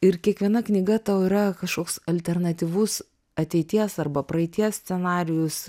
ir kiekviena knyga tau yra kažkoks alternatyvus ateities arba praeities scenarijus